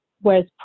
whereas